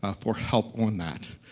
ah for help on that.